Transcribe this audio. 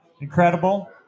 incredible